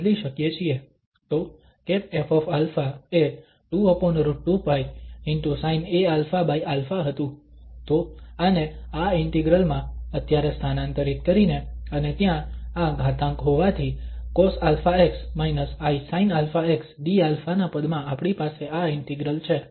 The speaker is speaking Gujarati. તો ƒα એ 2√2π✕sinaαα હતું તો આને આ ઇન્ટિગ્રલ માં અત્યારે સ્થાનાંતરિત કરીને અને ત્યાં આ ઘાતાંક હોવાથી cosαx−isinαxdα ના પદમાં આપણી પાસે આ ઇન્ટિગ્રલ છે